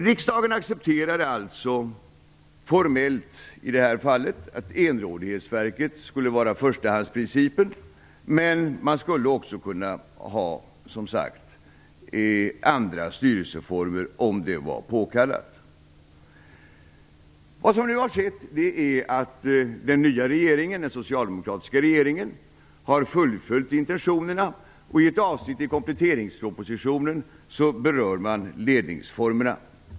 Riksdagen accepterade alltså formellt i det här fallet att enrådighetsverket skulle vara förstahandsprincipen, men man skulle, som sagt, också kunna ha andra styrelseformer om det var påkallat. Vad som nu har skett är att den nya regeringen, den socialdemokratiska regeringen, har fullföljt intentionerna. I ett avsnitt i kompletteringspropositionen berör man ledningsformerna.